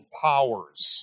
powers